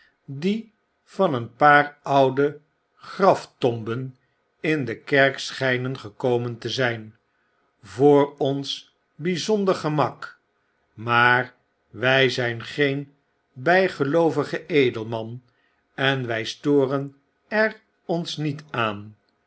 die van een paar oude graftomben in de kerk schynen gekomen te zijn voor ons byzonder gemak maar wy zyn geen bygeloovige edelman en wij storen er ons niet aan